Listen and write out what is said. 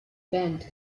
band